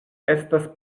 estas